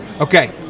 Okay